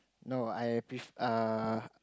no I pre~ err